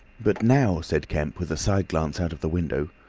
but now, said kemp, with a side glance out of the window,